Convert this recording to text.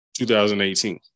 2018